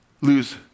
lose